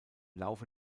laufe